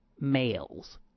males